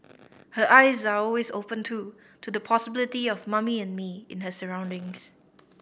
her eyes are always open too to the possibility of Mummy and Me in her surroundings